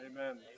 Amen